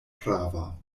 prava